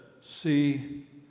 See